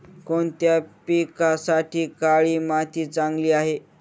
कोणत्या पिकासाठी काळी माती चांगली आहे?